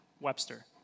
Webster